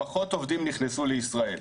פחות עובדים נכנסו לישראל.